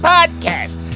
Podcast